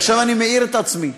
עכשיו אני מעיר את עצמי.